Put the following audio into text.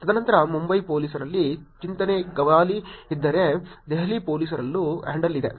ತದನಂತರ ಮುಂಬೈ ಪೊಲೀಸರಲ್ಲಿ ಚೇತನ್ ಗವಾಲಿ ಇದ್ದಾರೆ ದೆಹಲಿ ಪೊಲೀಸರಲ್ಲೂ ಹ್ಯಾಂಡಲ್ ಇದೆ